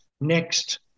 next